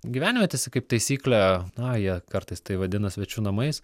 gyvenvietėse kaip taisyklė na jie kartais tai vadina svečių namais